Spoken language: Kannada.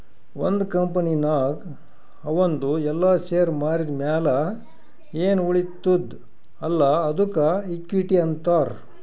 ಒಂದ್ ಕಂಪನಿನಾಗ್ ಅವಂದು ಎಲ್ಲಾ ಶೇರ್ ಮಾರಿದ್ ಮ್ಯಾಲ ಎನ್ ಉಳಿತ್ತುದ್ ಅಲ್ಲಾ ಅದ್ದುಕ ಇಕ್ವಿಟಿ ಅಂತಾರ್